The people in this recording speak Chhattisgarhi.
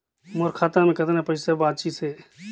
मोर खाता मे कतना पइसा बाचिस हे?